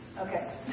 Okay